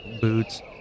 boots